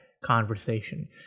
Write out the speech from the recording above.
conversation